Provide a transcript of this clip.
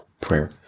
Prayer